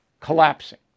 collapsing